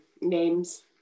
names